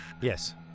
Yes